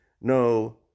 no